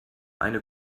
eine